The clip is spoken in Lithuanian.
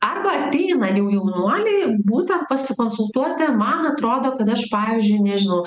arba ateina jau jaunuoliai būtent pasikonsultuoti man atrodo kad aš pavyzdžiui nežinau